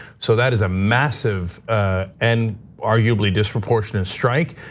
so that is a massive and arguably, disproportionate strike.